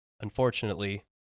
Unfortunately